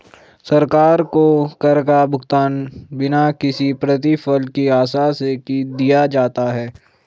सरकार को कर का भुगतान बिना किसी प्रतिफल की आशा से दिया जाता है